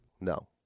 no